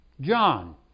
John